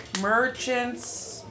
Merchant's